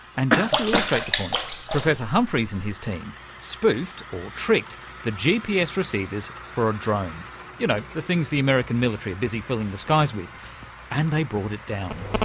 and just to illustrate the point, professor humphreys and his team spoofed or tricked the gps receivers for a drone you know, the things the american military are busy filling the skies with and they brought it down.